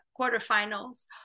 quarterfinals